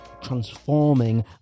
transforming